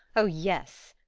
oh yes!